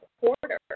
quarter